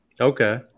Okay